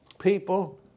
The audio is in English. people